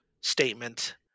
statement